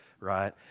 right